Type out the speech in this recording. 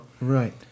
Right